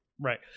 Right